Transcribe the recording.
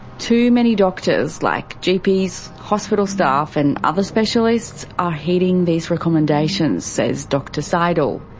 too many doctors, like gps, hospital staff and other specialists, are heeding these recommendations, says dr seidel,